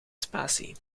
spatie